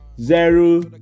Zero